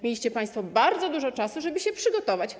Mieliście państwo bardzo dużo czasu, żeby się przygotować.